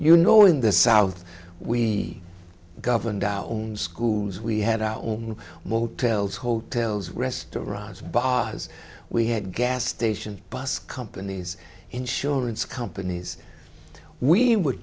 you know in the south we governed our own schools we had our own motels hotels restaurants bars we had gas station bus companies insurance companies we were